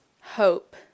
hope